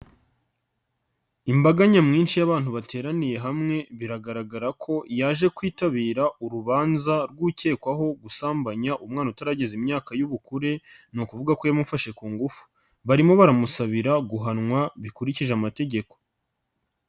Imbaga nyamwinshi y'abantu bateraniye hamwe, biragaragara ko yaje kwitabira urubanza rw'ukekwaho gusambanya umwana utarageza imyaka y'ubukure, ni ukuvuga ko yamufashe ku ngufu. Barimo baramusabira guhanwa bikurikije amategeko.